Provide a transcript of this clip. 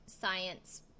science